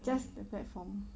just the platform